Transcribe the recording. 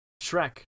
Shrek